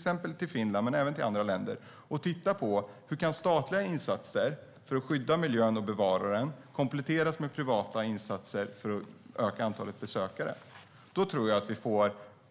Vi ska titta på Finland och andra länder för att se hur statliga insatser för att skydda och bevara miljön kan kompletteras med privata insatser för att öka antalet besökare. Då tror jag